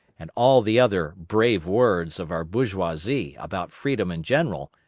and all the other brave words of our bourgeoisie about freedom in general,